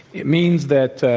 it means that,